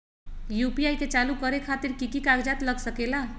UPI के चालु करे खातीर कि की कागज़ात लग सकेला?